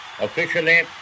officially